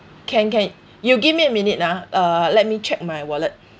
can can you give me a minute ah uh let me check my wallet